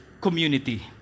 community